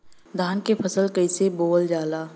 धान क फसल कईसे बोवल जाला?